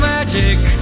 magic